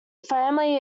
family